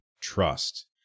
trust